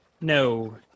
No